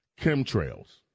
Chemtrails